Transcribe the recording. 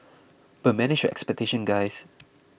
but manage your expectations guys